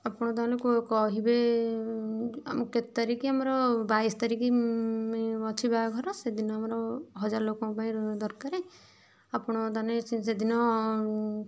ଆପଣ ତାହେଲେ କହିବେ ଆମ କେତେ ତାରିଖ ଆମର ବାଇଶି ତାରିଖ ଅଛି ବାହାଘର ସେଦିନ ଆମର ହଜାରେ ଲୋକଙ୍କ ପାଇଁ ଦରକାର ଆପଣ ତାହେଲେ ସେଦିନ